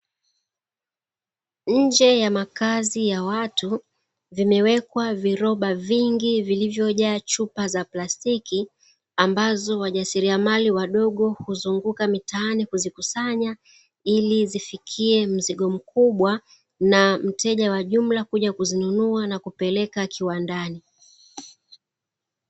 Nje ya makazi ya watu vimewekwa viroba vingi vilivyojaa chupa za plastiki, ambazo wajasiriamali wadogo huzunguka mitaani kuzikusanya, ili zifikie mzigo mkubwa na mteja wa jumla kuja kuzinunua na kuzipeleka kiwandani.